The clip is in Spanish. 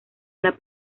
una